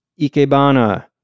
ikebana